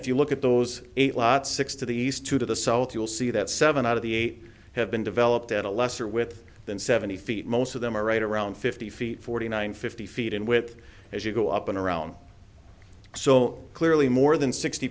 if you look at those eight lots six to the east to the south you'll see that seven out of the eight have been developed at a lesser with than seventy feet most of them are right around fifty feet forty nine fifty feet in width as you go up and around so clearly more than sixty